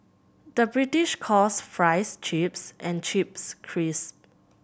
the British calls fries chips and chips crisps